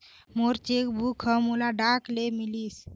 मोर cheque book ह मोला डाक ले मिलिस